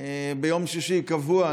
ביום שישי קבוע.